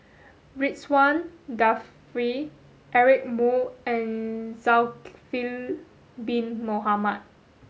Ridzwan Dzafir Eric Moo and Zulkifli bin Mohamed